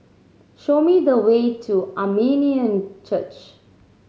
show me the way to Armenian Church